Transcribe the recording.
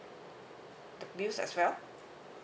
the bills as well